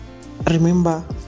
remember